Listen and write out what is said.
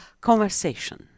Conversation